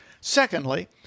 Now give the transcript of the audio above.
Secondly